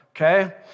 Okay